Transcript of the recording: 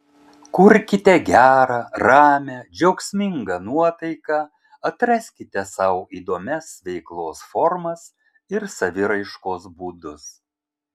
kurkite gerą ramią džiaugsmingą nuotaiką atraskite sau įdomias veiklos formas ir saviraiškos būdus